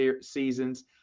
seasons